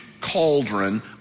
cauldron